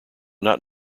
not